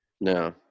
No